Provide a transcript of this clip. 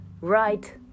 right